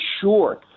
sure